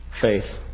faith